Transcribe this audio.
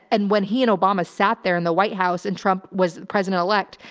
and when he and obama sat there in the white house and trump was president elect,